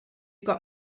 got